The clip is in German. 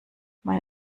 mein